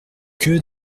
que